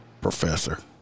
professor